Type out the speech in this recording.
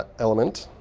element.